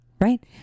Right